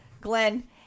Glenn